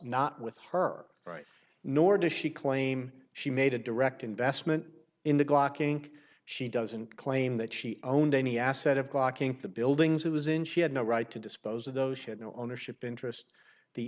not with her right nor does she claim she made a direct investment in the glock inc she doesn't claim that she owned any asset of blocking the buildings it was in she had no right to dispose of those she had no ownership interest the